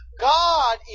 God